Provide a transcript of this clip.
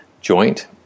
joint